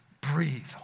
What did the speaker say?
breathe